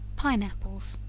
pine apples.